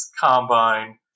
combine